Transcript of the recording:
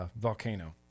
Volcano